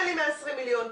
אין לי 120 מיליון.